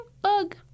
Bug